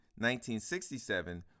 1967